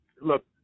Look